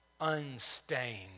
unstained